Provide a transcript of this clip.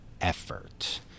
effort